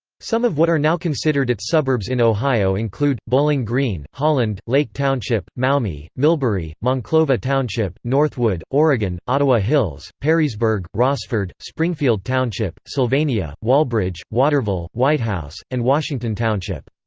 some of what are now considered its suburbs in ohio include bowling green, holland, lake township, maumee, millbury, monclova township, northwood, oregon, ottawa hills, perrysburg, rossford, springfield township, sylvania, walbridge, waterville, whitehouse, and washington township.